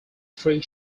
three